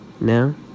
now